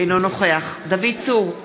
אינו נוכח דוד צור,